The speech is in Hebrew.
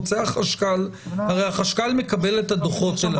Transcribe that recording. הרי החשכ"ל מקבל את הדוחות של --- אפשר